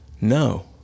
no